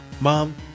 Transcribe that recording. Mom